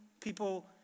people